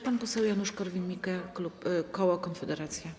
Pan poseł Janusz Korwin-Mikke, koło Konfederacja.